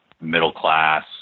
middle-class